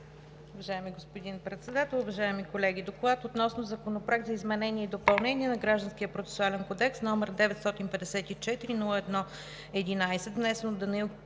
Уважаеми господин Председател, уважаеми колеги! „ДОКЛАД относно Законопроект за изменение и допълнение на Гражданския процесуален кодекс, № 954-01-11,